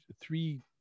three